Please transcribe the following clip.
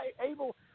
able –